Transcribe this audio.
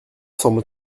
semble